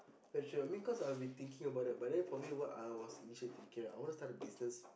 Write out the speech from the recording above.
I should have admit cause I've been thinking about that but then what I'm actually thinking right is I wanna start a business